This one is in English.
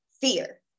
fear